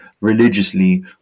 religiously